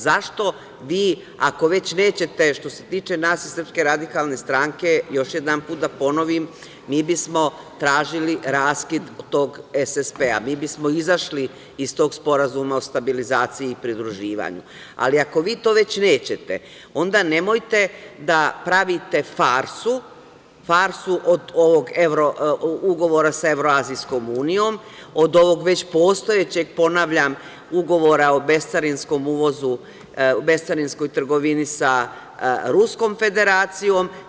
Zašto vi, ako već nećete, što se tiče nas iz SRS, još jedanput da ponovim, mi bismo tražili raskid tog SSP-a, mi bismo izašli iz tog Sporazuma o stabilizaciji i pridruživanju, ali ako vi to već nećete, onda nemojte da pravite farsu od ovog ugovora sa Evro-azijskom unijom, od ovog već postojećeg, ponavljam, ugovora o bescarinskoj trgovini sa Ruskom Federacijom.